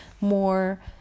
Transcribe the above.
more